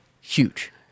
Huge